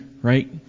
right